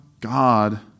God